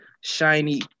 shiny